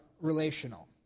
relational